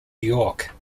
york